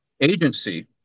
agency